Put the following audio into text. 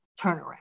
turnaround